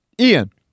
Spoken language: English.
Ian